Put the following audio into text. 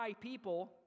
people